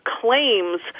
claims